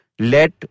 let